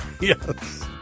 Yes